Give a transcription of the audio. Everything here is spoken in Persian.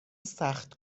سخت